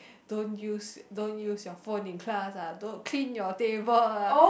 don't use don't use your phone in class ah don't clean your table ah